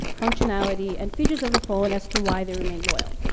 functionality, and features of the phone as to why they remain loyal.